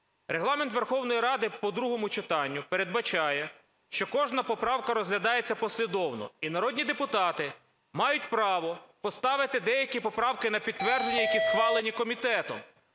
Регламент Верховної Ради по другому читанню передбачає, що кожна поправка розглядається послідовно і народні депутати мають право поставити деякі поправки на підтвердження, які схвалені комітетом.